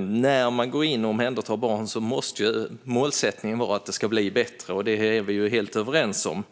När man omhändertar barn måste målsättningen vara att det ska bli bättre - det är vi helt överens om.